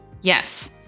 Yes